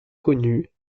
connues